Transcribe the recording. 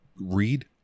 read